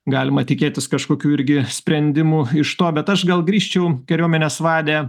galima tikėtis kažkokių irgi sprendimų iš to bet aš gal grįžčiau kariuomenės vade